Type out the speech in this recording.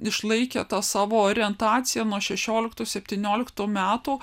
išlaikė tą savo orientaciją nuo šešioliktų septynioliktų metų